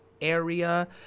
area